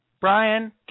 Brian